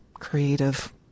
Creative